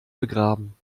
begraben